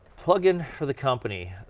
plugin for the company.